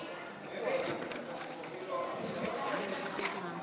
הצעת חוק